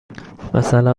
مثلا